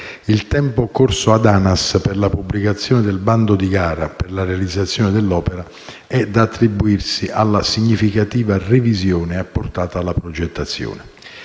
il tempo occorso ad ANAS per la pubblicazione del bando di gara per la realizzazione dell'opera è da attribuirsi alla significativa revisione apportata alla progettazione.